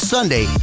Sunday